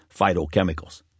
phytochemicals